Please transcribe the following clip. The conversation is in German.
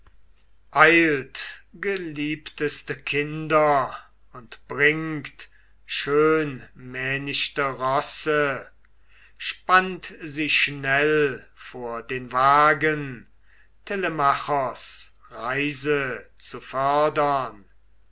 geliebteste kinder und bringt schönmähnichte rosse spannt sie schnell vor den wagen telemachos reise zu fördern